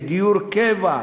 בדיור קבע,